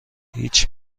هیچ